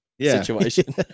situation